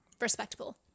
respectable